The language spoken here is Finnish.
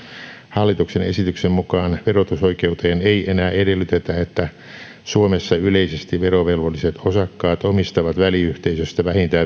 hallituksen esityksen mukaan verotusoikeuteen ei enää edellytetä että suomessa yleisesti verovelvolliset osakkaat omistavat väliyhteisöstä vähintään